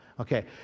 Okay